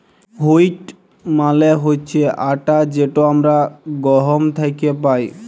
wheat মালে হছে আটা যেট আমরা গহম থ্যাকে পাই